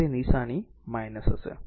તેથી તે નિશાની હશે